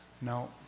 No